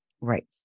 Right